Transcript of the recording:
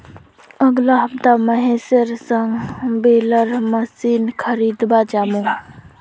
अगला हफ्ता महेशेर संग बेलर मशीन खरीदवा जामु